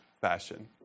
fashion